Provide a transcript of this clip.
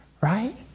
right